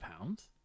pounds